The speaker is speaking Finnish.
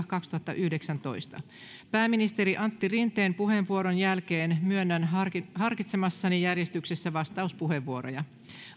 kaksituhattayhdeksäntoista pääministeri antti rinteen puheenvuoron jälkeen myönnän harkitsemassani järjestyksessä vastauspuheenvuoroja